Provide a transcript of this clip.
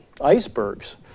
icebergs